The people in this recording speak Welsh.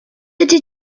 ydy